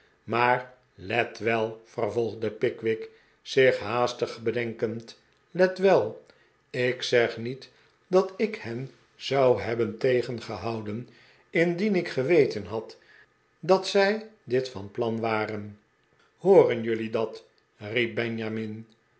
maar let wel vervolgde pickwick zich haastig bedenkend let wel ik zeg niet dat ik hen zou hebben tegengehouden indien ik geweten had dat zij dit van plan waren hooren jullie dat riep benjamin